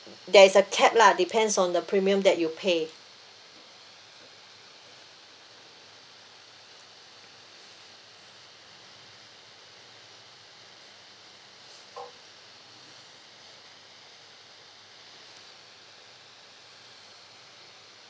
there is a cap lah depends on the premium that you pay